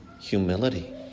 humility